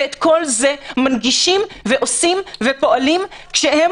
ואת כל זה מנגישים ועושים ופועלים כשהם